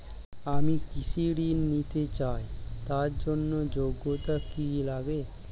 আমি কৃষি ঋণ নিতে চাই তার জন্য যোগ্যতা কি লাগে?